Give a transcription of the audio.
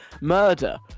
murder